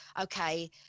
okay